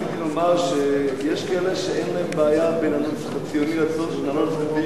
רציתי לומר שיש כאלה שאין להם בעיה בין הנוסח הציוני לנוסח היהודי.